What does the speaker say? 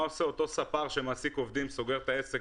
מה עושה ספר שמעסיק עובדים וסוגר את העסק,